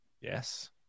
Yes